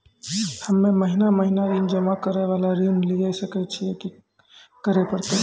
हम्मे महीना महीना ऋण जमा करे वाला ऋण लिये सकय छियै, की करे परतै?